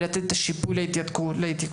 ולתת את השיפוי להתייקרות.